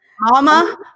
Mama